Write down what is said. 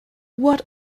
what